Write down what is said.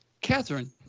Catherine